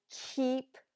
keep